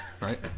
right